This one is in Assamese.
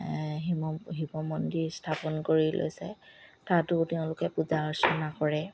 শিৱ মন্দিৰ স্থাপন কৰি লৈছে তাতো তেওঁলোকে পূজা অৰ্চনা কৰে